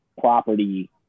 property